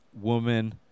woman